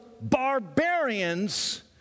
barbarians